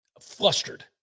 flustered